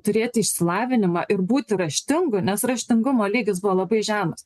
turėti išsilavinimą ir būti raštingu nes raštingumo lygis buvo labai žemas